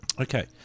Okay